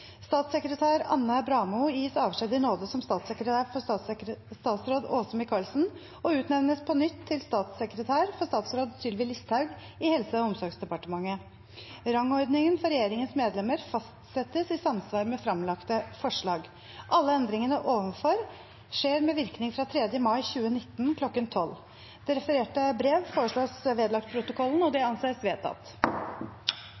Statssekretær Anne Bramo gis avskjed i nåde som statssekretær for statsråd Åse Michaelsen og utnevnes på nytt til statssekretær for statsråd Sylvi Listhaug i Helse- og omsorgsdepartementet. Rangordningen for regjeringens medlemmer fastsettes i samsvar med framlagte forslag. Alle endringene ovenfor skjer med virkning fra 3. mai 2019 kl. 1200.» Presidenten foreslår at det refererte brevet vedlegges protokollen. – Det